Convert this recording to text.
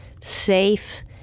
safe